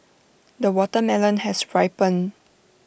the watermelon has ripened